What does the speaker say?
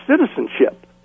citizenship